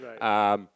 Right